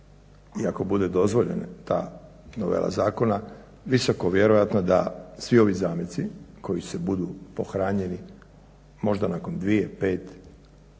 ako bude dozvoljena ta novela zakona, visoko vjerojatno da svi ovi zameci koji budu pohranjeni možda nakon dvije, pet,